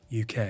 UK